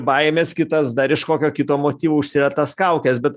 baimės kitas dar iš kokio kito motyvo užsideda tas kaukes bet